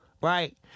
right